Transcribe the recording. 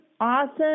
awesome